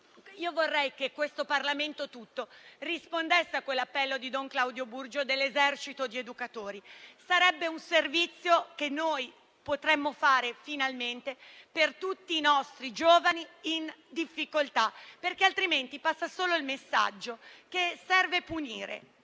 quindi che questo Parlamento tutto rispondesse a quell'appello di don Claudio Burgio per un esercito di educatori. Sarebbe un servizio che noi potremmo fare finalmente per tutti i nostri giovani in difficoltà, altrimenti passa solo il messaggio che serve punire;